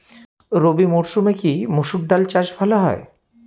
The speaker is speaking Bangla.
রবি মরসুমে কি মসুর ডাল চাষ ভালো হয়?